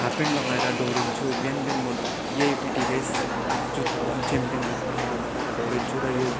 half pant लगाएर म दौडिन्छु र बिहान बिहान म यही पिटी भेस्ट जुत्ता यही च्याम्पियन जुत्ताहरू लगाएर दौडिन्छु र यो